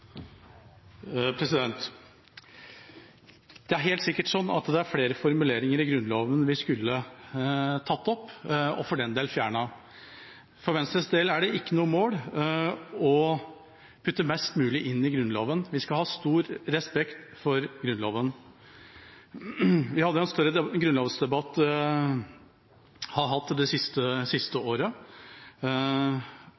Det er helt sikkert slik at det er flere formuleringer i Grunnloven vi skulle ha tatt opp – og for den del fjernet. For Venstres del er det ikke noe mål å putte mest mulig inn i Grunnloven. Vi skal ha stor respekt for Grunnloven. Vi har hatt en større grunnlovsdebatt det siste